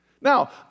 Now